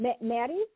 Maddie